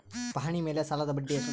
ಪಹಣಿ ಮೇಲೆ ಸಾಲದ ಬಡ್ಡಿ ಎಷ್ಟು?